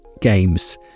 games